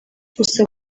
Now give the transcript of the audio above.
gusa